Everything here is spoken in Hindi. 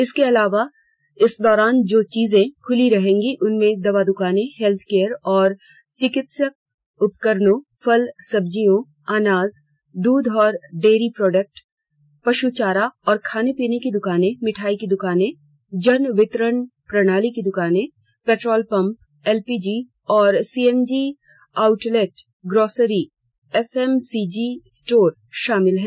इसके अलावा इस दौरान जो चीजें खुली रहेंगी उनमें दवा दुकानें हेल्थ केयर और चिकित्सा उपकरणों फल सब्जियों अनाज दूध और डेयरी प्रोडक्ट पशु चारा और खाने पीने की दुकानें मिठाई की दुकानें जन वितरण प्रणाली की दुकान पेट्रोल पंप एलपीजी और CNG outlet grocery FMCG store शामिल हैं